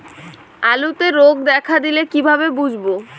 আলুতে রোগ দেখা দিলে কিভাবে বুঝবো?